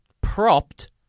propped